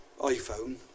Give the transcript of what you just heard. iphone